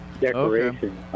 decoration